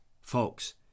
folks